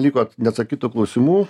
liko neatsakytų klausimų